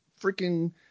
freaking